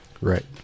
right